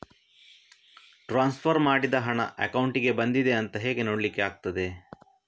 Transfer ಮಾಡಿದ ಹಣ ಅಕೌಂಟಿಗೆ ಬಂದಿದೆ ಅಂತ ಹೇಗೆ ನೋಡ್ಲಿಕ್ಕೆ ಆಗ್ತದೆ?